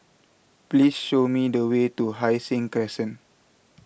please show me the way to Hai Sing Crescent